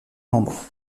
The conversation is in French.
membres